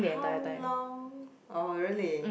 how long oh really